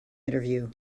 interview